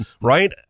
Right